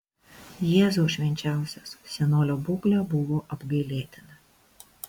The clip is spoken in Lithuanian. jėzau švenčiausias senolio būklė buvo apgailėtina